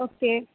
okay